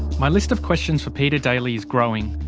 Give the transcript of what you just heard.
my list of questions for peter daly is growing.